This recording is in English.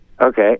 okay